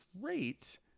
great